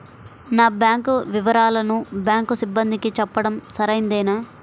నా బ్యాంకు వివరాలను బ్యాంకు సిబ్బందికి చెప్పడం సరైందేనా?